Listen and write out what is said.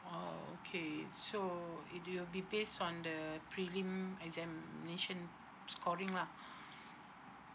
oh okay so it will be based on the prelim examination scoring lah